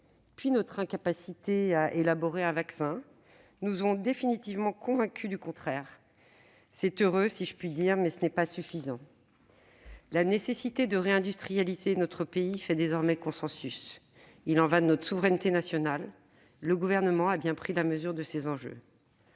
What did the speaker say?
puis notre incapacité à élaborer un vaccin nous ont définitivement convaincus du contraire. C'est heureux, d'une certaine manière, mais ce n'est pas suffisant. La nécessité de réindustrialiser notre pays fait désormais consensus. Il y va de notre souveraineté nationale, et le Gouvernement a bien pris la mesure de ces enjeux.